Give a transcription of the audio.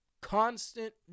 Constant